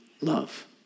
love